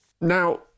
now